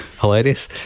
hilarious